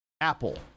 Apple